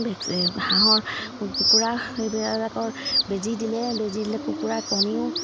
vaccine হাঁহৰ কুকুৰা সেইবিলাকৰ বেজী দিলে বেজী দিলে কুকুৰা কণীও